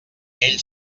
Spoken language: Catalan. ell